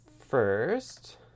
first